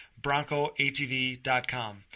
BroncoATV.com